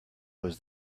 was